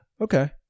Okay